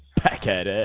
packet it